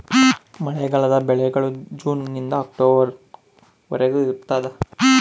ಮಳೆಗಾಲದ ಬೆಳೆಗಳು ಜೂನ್ ನಿಂದ ಅಕ್ಟೊಬರ್ ವರೆಗೆ ಇರ್ತಾದ